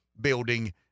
building